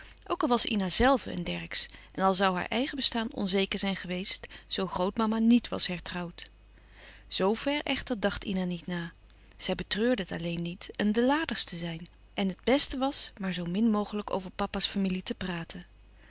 ook al was ina zelve eene dercksz en al zoû haar eigen bestaan onzeker zijn geweest zoo grootmama niet was hertrouwd zoo ver echter dacht ina niet na zij betreurde het alleen niet een de laders te zijn en het beste was maar zoo min mogelijk over papa's familie te praten